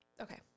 Okay